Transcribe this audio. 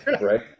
right